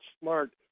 smart